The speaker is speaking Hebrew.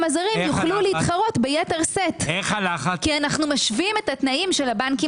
הזרים יוכלו להתחרות ביתר שאת כי אנו משווים את התנאים של הבנקים